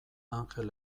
anjel